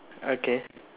okay